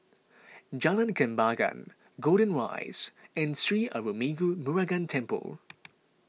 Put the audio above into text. Jalan Kembangan Golden Rise and Sri Arulmigu Murugan Temple